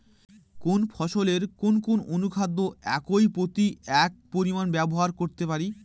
কোন ফসলে কোন কোন অনুখাদ্য একর প্রতি কত পরিমান ব্যবহার করতে পারি?